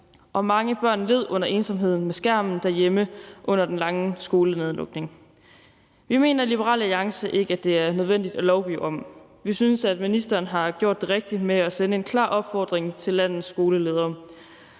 og mange børn led under ensomheden med skærmen derhjemme under den lange skolenedlukning. Vi mener i Liberal Alliance ikke, det er nødvendigt at lovgive om det. Vi synes, at ministeren har gjort det rigtige med at sende en klar opfordring til landets skoleledere.